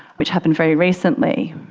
which happened very recently,